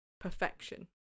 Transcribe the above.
Perfection